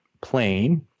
plane